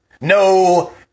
No